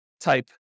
type